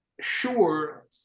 Sure